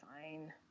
fine